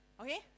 Okay